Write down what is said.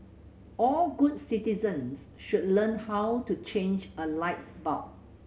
all good citizens should learn how to change a light bulb